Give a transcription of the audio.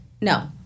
No